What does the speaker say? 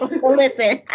Listen